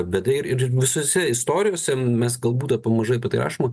bėda ir ir visose istorijose mes galbūt apie mažai apie tai rašoma